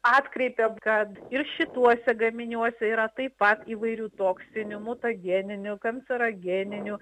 atkreipėm kad ir šituose gaminiuose yra taip pat įvairių toksinių mutageninių kancerogeninių